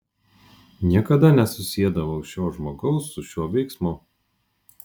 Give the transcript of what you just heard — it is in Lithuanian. niekada nesusiedavau šio žmogaus su šiuo veiksmu